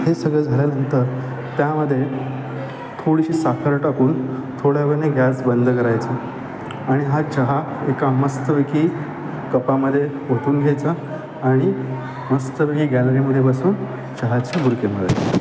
हे सगळं झाल्यानंतर त्यामध्ये थोडीशी साखर टाकून थोड्या वेळाने गॅस बंद करायचं आणि हा चहा एका मस्तपैकी कपामध्ये ओतून घ्यायचा आणि मस्तपैकी गॅलरीमध्ये बसून चहाच्या बुरक्या माराय